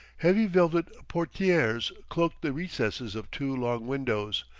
heavy velvet portieres cloaked the recesses of two long windows,